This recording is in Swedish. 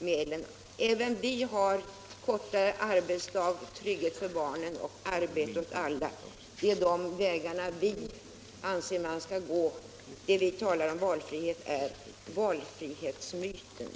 medlen. Vi talar om kortare arbetsdag, om trygghet för barnen och om arbete åt alla. Det är de vägar vi anser att man skall gå. Det ni säger om valfrihet är ett uttryck för valfrihetsmyten.